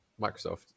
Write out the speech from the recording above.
microsoft